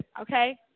Okay